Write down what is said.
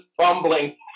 fumbling